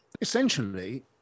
essentially